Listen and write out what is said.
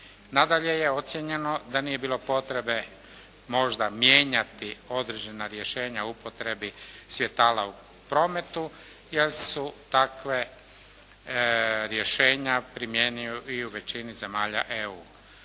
Nadalje je ocijenjeno da nije bilo potrebe možda mijenjati određena rješenja o upotrebi svjetala u prometu jer su takve rješenja primjenjuju i u većini zemalja EU.